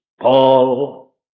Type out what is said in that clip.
Paul